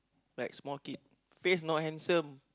like small kid face not handsome